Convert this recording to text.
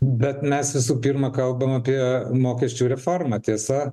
bet mes visų pirma kalbam apie mokesčių reformą tiesa